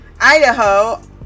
idaho